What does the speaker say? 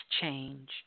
change